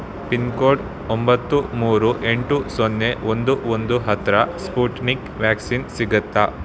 pin code ಒಂಬತ್ತು ಮೂರು ಎಂಟು ಸೊನ್ನೆ ಒಂದು ಒಂದು ಹತ್ತಿರ ಸ್ಪುಟ್ನಿಕ್ ವ್ಯಾಕ್ಸಿನ್ ಸಿಗತ್ತಾ